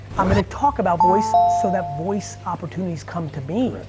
i'm gonna talk about voice so that voice opportunities come to me.